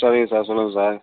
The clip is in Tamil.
சரிங்க சார் சொல்லுங்க சார்